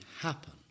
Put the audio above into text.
happen